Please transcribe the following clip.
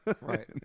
Right